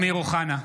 (קורא בשמות חברי הכנסת) אמיר אוחנה,